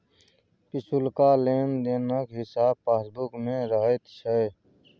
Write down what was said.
पिछुलका लेन देनक हिसाब पासबुक मे रहैत छै